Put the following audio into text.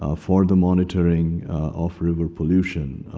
ah for the monitoring of river pollution.